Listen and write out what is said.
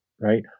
right